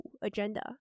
agenda